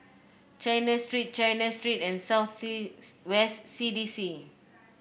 China Street China Street and South West C D C